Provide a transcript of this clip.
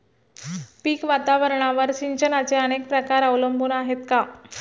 पीक वातावरणावर सिंचनाचे अनेक प्रकार अवलंबून आहेत का?